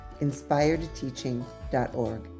inspiredteaching.org